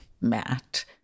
Matt